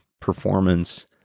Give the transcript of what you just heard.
performance